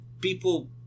people